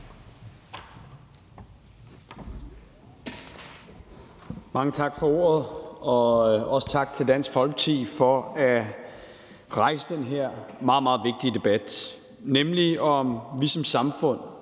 Mange tak for ordet. Også tak til Dansk Folkeparti for at have rejst den her meget, meget vigtige debat, nemlig om vi som samfund